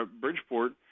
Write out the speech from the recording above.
Bridgeport